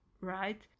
right